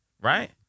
right